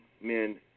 men